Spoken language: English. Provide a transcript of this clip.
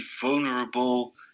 vulnerable